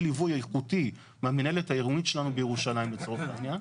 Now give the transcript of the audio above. ליווי איכותי מהמנהלת העירונית שלנו בירושלים לצורך העניין.